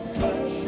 touch